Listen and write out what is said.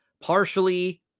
partially